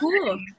cool